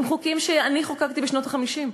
עם חוקים שאני חוקקתי בשנות ה-50,